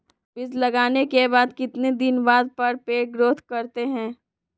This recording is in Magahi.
बीज लगाने के बाद कितने दिन बाद पर पेड़ ग्रोथ करते हैं?